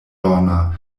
lorna